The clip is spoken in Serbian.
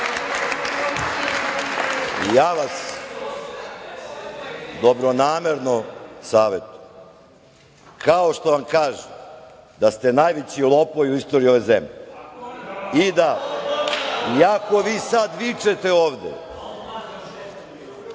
Ja vas dobronamerno savetujem. Kao što vam kažem da ste najveći lopovi u istoriji ove zemlje i da, iako vi sada vičete ovde,